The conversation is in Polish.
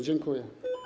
Dziękuję.